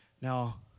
Now